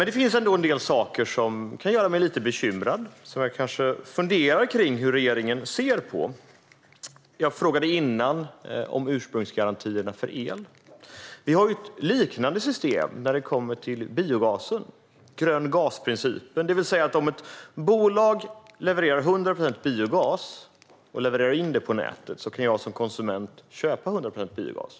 Det finns ändå en del saker som kan göra mig lite bekymrad och som jag funderar på hur regeringen ser på. Jag frågade tidigare om ursprungsgarantierna för el. Vi har ett liknande system när det kommer till biogasen - grön-gas-principen. Om ett bolag levererar 100 procent biogas och levererar in det på nätet kan jag alltså som konsument köpa 100 procent biogas.